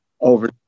over